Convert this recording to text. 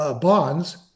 bonds